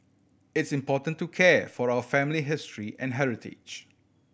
it's important to care for our family history and heritage